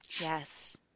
Yes